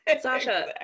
Sasha